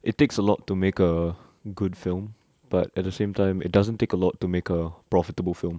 it takes a lot to make a good film but at the same time it doesn't take a lot to make a profitable film